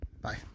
Bye